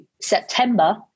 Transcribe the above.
September